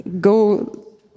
go